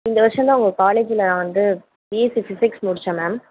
இந்த வர்ஷம் தான் உங்கள் காலேஜில் நான் வந்து பிஎஸ்சி ஃபிசிக்ஸ் முடிச்சேன் மேம்